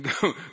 go